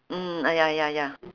mm ah ya ya ya